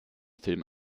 film